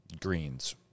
greens